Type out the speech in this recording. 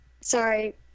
Sorry